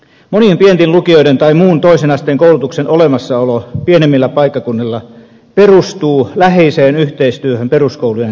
monien pienten lukioiden tai muun toisen asteen koulutuksen olemassaolo pienemmillä paikkakunnilla perustuu läheiseen yhteistyöhön peruskoulujen kanssa